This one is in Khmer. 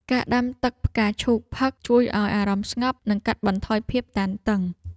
ការដាំទឹកផ្កាឈូកផឹក ជួយឱ្យអារម្មណ៍ស្ងប់ និងកាត់បន្ថយភាពតានតឹង។